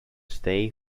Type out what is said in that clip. stay